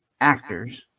actors